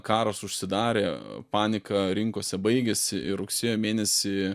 karas užsidarė panika rinkose baigėsi ir rugsėjo mėnesį